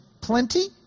plenty